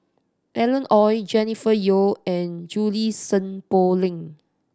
Alan Oei Jennifer Yeo and Junie Sng Poh Leng